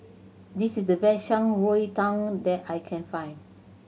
this is the best Shan Rui Tang that I can find